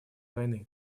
войны